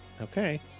Okay